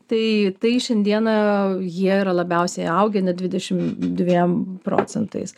tai tai šiandieną jie yra labiausiai augę net dvidešim dviem procentais